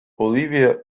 olivia